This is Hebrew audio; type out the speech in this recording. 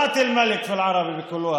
אלה שמרוממים את שמו בגלל שהוא מסדר אותם.